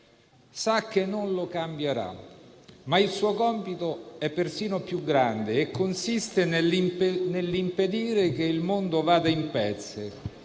sa che non lo cambierà, ma il suo compito è persino più grande e consiste nell'impedire che il mondo vada in pezzi,